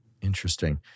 Interesting